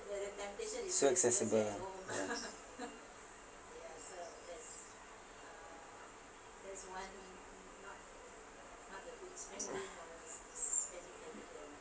so acessible ya